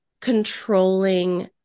controlling